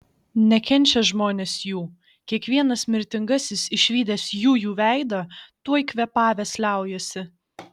nekenčia žmonės jų kiekvienas mirtingasis išvydęs jųjų veidą tuoj kvėpavęs liaujasi